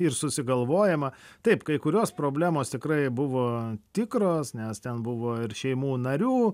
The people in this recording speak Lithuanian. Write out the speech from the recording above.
ir susigalvojama taip kai kurios problemos tikrai buvo tikros nes ten buvo ir šeimų narių